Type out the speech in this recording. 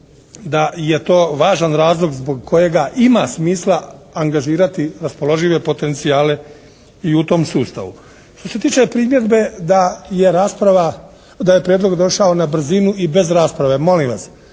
da je to važan razlog zbog kojega ima smisla angažirati raspoložive potencijale i u tom sustavu. Što se tiče primjedbe da je rasprava, da je prijedlog došao na brzinu i bez rasprave. Molim vas,